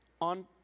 on